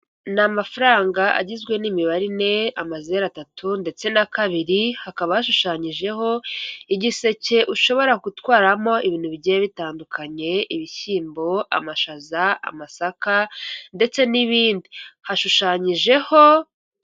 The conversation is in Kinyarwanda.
Ni amafaranga agizwe n'imibare ine amazeru atatu ndetse na kabiri, hakaba hashushanyijeho igiseke ushobora gutwaramo ibintu bigiye bitandukanye, ibishyimbo, amashaza, amasaka ndetse n'ibindi hashushanyijeho.